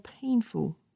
painful